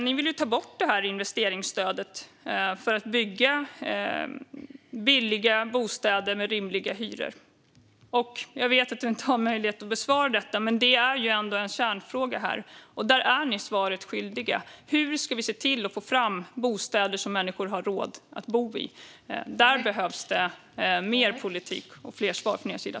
Ni vill ju ta bort investeringsstödet för att bygga billiga bostäder med rimliga hyror, Ola Johansson. Jag vet att du inte har möjlighet att besvara detta, men det är ändå en kärnfråga där ni blir svaret skyldiga: Hur ska vi få fram bostäder som människor har råd att bo i? Där behövs mer politik och fler svar från er sida.